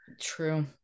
True